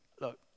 look